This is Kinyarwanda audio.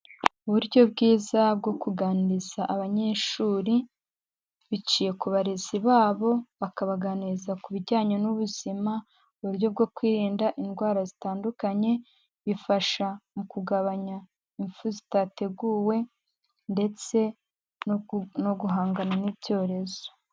Uburyo bwiza bwo kuganiriza abanyeshuri biciye ku barezi babo bakabaganiriza ku bijyanye n'ubuzima, uburyo bwo kwirinda indwara zitandukanye, bifasha mu kugabanya imfu zitateguwe ndetse no guhangana n'ibyorezo.